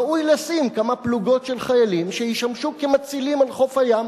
ראוי לשים כמה פלוגות של חיילים שישמשו כמצילים על חוף הים.